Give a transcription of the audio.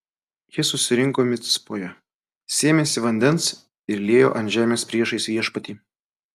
jie susirinko micpoje sėmėsi vandens ir liejo ant žemės priešais viešpatį